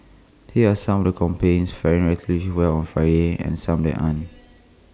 here are some of the companies faring relatively well on Friday and some that aren't